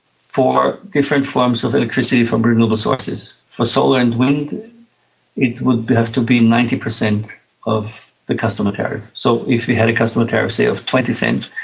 for different forms of electricity from renewable sources. for solar and wind it would have to be ninety per cent of the customer tariff, so if you had a customer tariff, say, of twenty cents,